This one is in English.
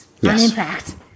Yes